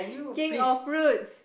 king of fruits